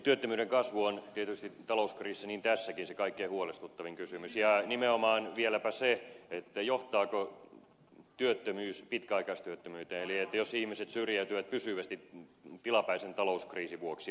työttömyyden kasvu on tietysti talouskriisissä niin tässäkin se kaikkein huolestuttavin kysymys ja nimenomaan vieläpä se johtaako työttömyys pitkäaikaistyöttömyyteen eli jos ihmiset syrjäytyvät pysyvästi tilapäisen talouskriisin vuoksi